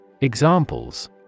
Examples